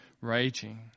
raging